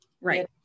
right